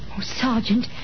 Sergeant